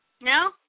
No